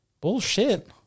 Bullshit